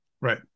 right